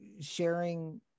sharing